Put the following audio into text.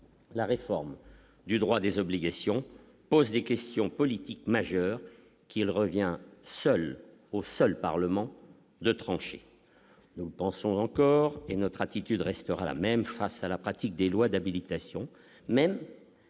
la réforme du droit des obligations pose des questions politiques majeures qu'il revient seul au seul Parlement de trancher, nous pensons encore et notre attitude restera la même, face à la pratique des lois d'habilitation même